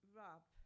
rub